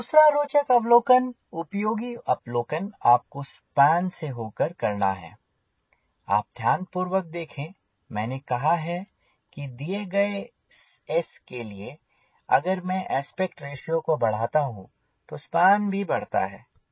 दूसरा रोचक अवलोकन उपयोगी अवलोकन आपको स्पान से होकर करना है आप ध्यान पूर्वक देखें मैंने कहा है कि दिए गए S के लिए अगर मैं आस्पेक्ट रेश्यो को बढ़ाता हूँ तो स्पान भी बढ़ता है